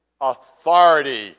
authority